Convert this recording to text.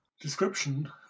description